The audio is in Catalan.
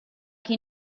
qui